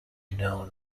known